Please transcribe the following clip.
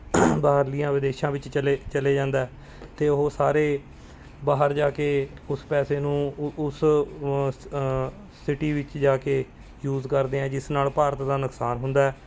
ਬਾਹਰਲੀਆਂ ਵਿਦੇਸ਼ਾਂ ਵਿੱਚ ਚਲੇ ਚਲੇ ਜਾਂਦਾ ਅਤੇ ਉਹ ਸਾਰੇ ਬਾਹਰ ਜਾ ਕੇ ਉਸ ਪੈਸੇ ਨੂੰ ਉਸ ਸਿਟੀ ਵਿੱਚ ਜਾ ਕੇ ਯੂਜ਼ ਕਰਦੇ ਹਾਂ ਜਿਸ ਨਾਲ ਭਾਰਤ ਦਾ ਨੁਕਸਾਨ ਹੁੰਦਾ